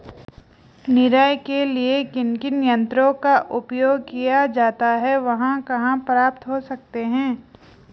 निराई के लिए किन किन यंत्रों का उपयोग किया जाता है वह कहाँ प्राप्त हो सकते हैं?